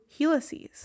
helices